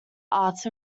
arts